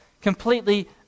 completely